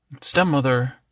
Stepmother